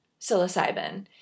psilocybin